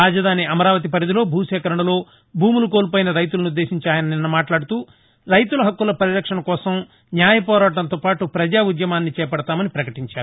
రాజధాని అమరావతి పరిధిలో భూసేకరణలో భూములు కోల్పోయిన రైతులను ఉద్దేశించి నిన్న ఆయన మాట్లాడుతూ రైతుల హక్కుల పరిరక్షణ కోసం న్యాయపోరాటంతోపాటు ప్రజా ఉద్యమాన్ని చేపడతామని పకటించారు